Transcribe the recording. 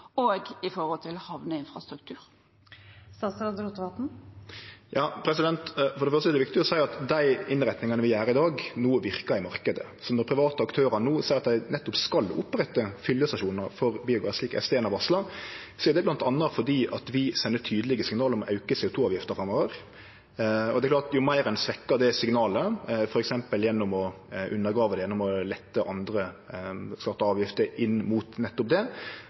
og når det gjelder havneinfrastruktur. Først er det viktig å seie at dei innretningane vi gjer i dag, no verkar i marknaden. Når dei private aktørane no seier at dei skal opprette fyllestasjonar for biogass, slik St1 har varsla, er det bl.a. fordi vi sender tydelege signal om å auke CO 2 -avgifta framover. Jo meir ein svekkjer det signalet, f.eks. gjennom å undergrave det, gjennom å lette på andre skattar og avgifter inn mot det, vil det